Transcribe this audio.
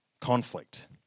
conflict